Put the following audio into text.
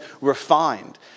refined